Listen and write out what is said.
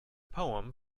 poem